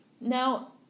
Now